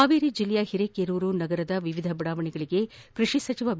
ಹಾವೇರಿ ಜಿಲ್ಲೆಯ ಹಿರೇಕೆರೂರು ನಗರದ ವಿವಿಧ ಬಡಾವಣೆಗಳಿಗೆ ಕೃಷಿ ಸಚಿವ ಬಿ